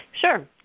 Sure